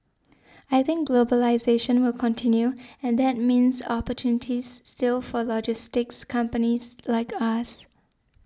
I think globalisation will continue and that means opportunities still for logistics companies like us